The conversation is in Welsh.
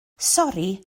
sori